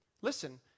Listen